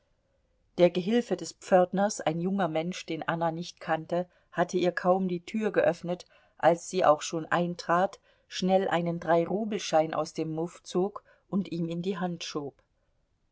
der gehilfe des pförtners ein junger mensch den anna nicht kannte hatte ihr kaum die tür geöffnet als sie auch schon eintrat schnell einen dreirubelschein aus dem muff zog und ihm in die hand